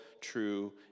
true